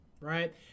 right